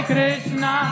Krishna